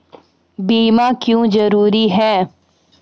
बीमा क्यों जरूरी हैं?